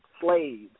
slaves